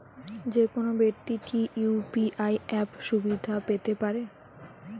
যেকোনো ব্যাক্তি কি ইউ.পি.আই অ্যাপ সুবিধা পেতে পারে?